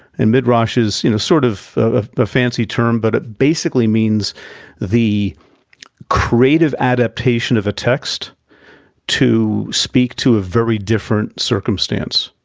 and midrash is, you know, sort of of a fancy term, but it basically means the creative adaptation of a text to speak to a very different circumstance.